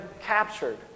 captured